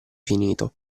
finito